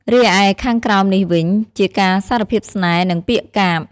រីឯខាងក្រោមនេះវិញ ជាការសារភាពស្នេហ៍ និង ពាក្យកាព្យ។